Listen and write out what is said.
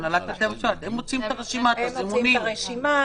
הם מוציאים את הרשימה,